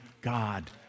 God